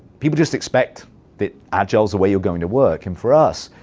people just expect that agile is the way you're going to work. and for us,